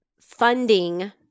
funding